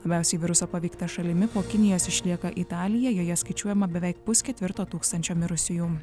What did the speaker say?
labiausiai viruso paveikta šalimi po kinijos išlieka italija joje skaičiuojama beveik pusketvirto tūkstančio mirusiųjų